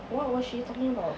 what was she talking about